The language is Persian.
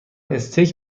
استیک